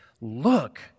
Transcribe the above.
Look